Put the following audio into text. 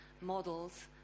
models